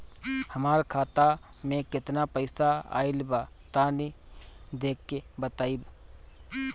हमार खाता मे केतना पईसा आइल बा तनि देख के बतईब?